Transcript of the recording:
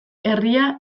herria